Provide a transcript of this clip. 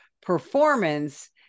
performance